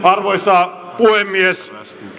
arvoisa puhemies